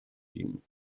dienen